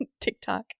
tiktok